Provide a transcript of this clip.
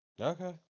Okay